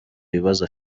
ibibazo